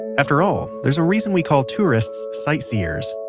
after all, there's a reason we call tourists sightseers.